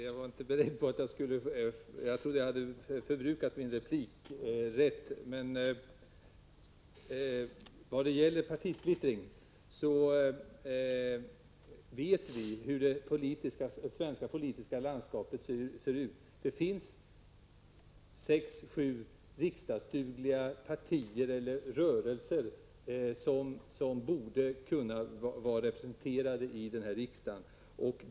Herr talman! När det gäller partisplittring vet vi hur det svenska politiska landskapet ser ut. Det finns sex eller sju riksdagsdugliga partier eller rörelser som borde kunna vara representerade i riksdagen.